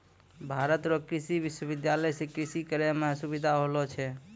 भारत रो कृषि विश्वबिद्यालय से कृषि करै मह सुबिधा होलो छै